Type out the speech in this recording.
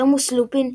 רמוס לופין,